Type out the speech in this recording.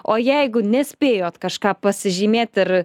o jeigu nespėjot kažką pasižymėt ir